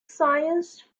science